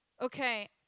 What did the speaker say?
Okay